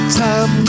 time